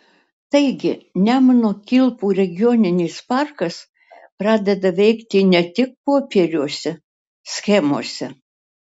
taigi nemuno kilpų regioninis parkas pradeda veikti ne tik popieriuose schemose